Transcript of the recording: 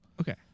Okay